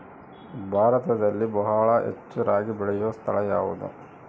ಭಾರತದಲ್ಲಿ ಬಹಳ ಹೆಚ್ಚು ರಾಗಿ ಬೆಳೆಯೋ ಸ್ಥಳ ಯಾವುದು?